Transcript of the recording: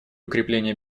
укрепления